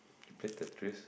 you played tetris